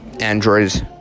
Androids